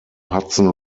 hudson